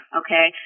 okay